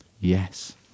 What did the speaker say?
Yes